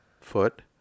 foot